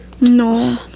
No